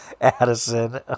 Addison